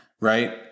right